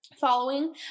following